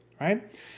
right